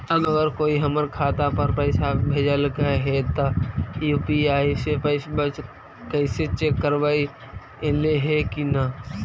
अगर कोइ हमर खाता पर पैसा भेजलके हे त यु.पी.आई से पैसबा कैसे चेक करबइ ऐले हे कि न?